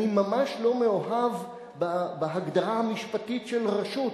ממש לא מאוהב בהגדרה המשפטית של "רשות",